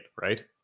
right